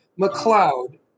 McLeod